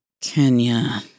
Kenya